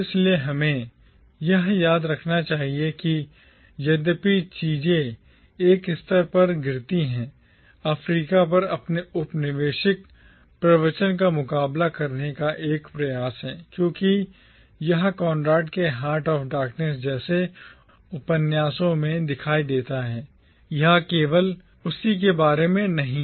इसलिए हमें यह याद रखना चाहिए कि यद्यपि चीजें एक स्तर पर गिरती हैं अफ्रीका पर औपनिवेशिक प्रवचन का मुकाबला करने का एक प्रयास है क्योंकि यह कॉनराड के हार्ट ऑफ डार्कनेस जैसे उपन्यासों में दिखाई देता है यह केवल उसी के बारे में नहीं है